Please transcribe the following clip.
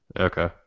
Okay